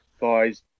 guys